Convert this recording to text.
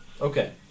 Okay